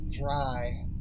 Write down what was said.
dry